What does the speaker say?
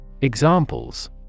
Examples